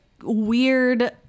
weird